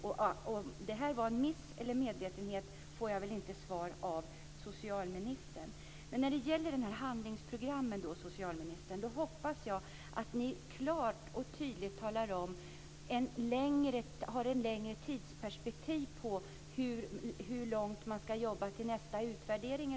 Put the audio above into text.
Om det var en miss eller medvetenhet får jag väl inte svar på av socialministern. När det gäller handlingsprogrammen hoppas jag att ni klart och tydligt talar om att ni har ett längre tidsperspektiv i fråga om hur länge man ska jobba till nästa utvärdering.